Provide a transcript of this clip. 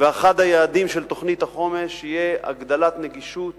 אחד היעדים של תוכנית החומש יהיה הגדלת הנגישות